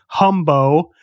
Humbo